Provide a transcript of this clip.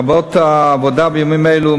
לרבות העבודה בימים אלו,